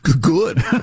Good